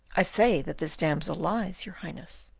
i say that this damsel lies, your highness.